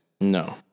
No